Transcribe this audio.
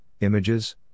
images